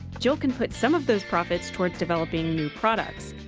jill can put some of those profits towards developing new products.